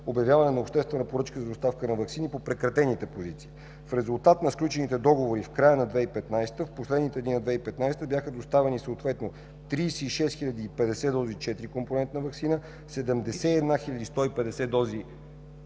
обявяване на обществена поръчка за доставка на ваксини по прекратените позиции. В резултат на сключените договори в края на 2015 г. – в последните дни на 2015 г., бяха доставени 36 050 дози четирикомпонентна ваксина, 71 150 дози